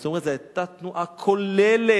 זאת אומרת, זאת היתה תנועה כוללת.